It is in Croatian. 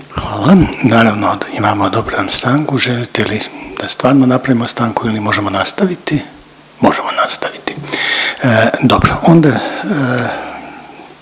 Hvala. Naravno da imamo odobravam stanku. Želite li da stvarno napravimo stanku ili možemo nastaviti? Možemo nastaviti. Dobro onda